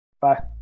bye